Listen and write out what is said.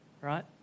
Right